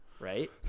right